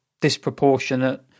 disproportionate